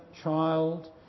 child